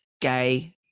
gay